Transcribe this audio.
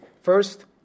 First